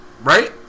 Right